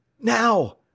Now